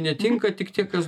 netinka tik tie kas